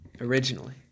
originally